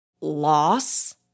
loss